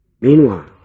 Meanwhile